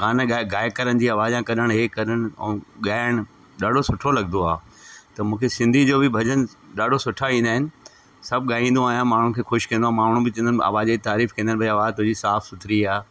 गाना ॻाए गायकरनि जी आवाजा कढणु इहे कढणु ऐं ॻाइण ॾाढो सुठो लॻंदो आहे त मूंखे सिंधी जो बि भॼन ॾाढो सुठा ईंदा आहिनि सभु ॻाईंदो आहियां माण्हुनि खे ख़ुशि कंदो आहे माण्हू मूंखे चवंदा आहिनि आवाज जी तारीफ़ु कंदा आहिनि भई आवाजु तव्हांजी साफ़ सुथिरी आहे